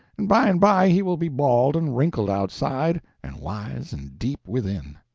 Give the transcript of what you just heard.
and by and by he will be bald and wrinkled outside, and wise and deep within.